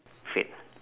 fad